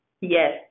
Yes